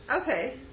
Okay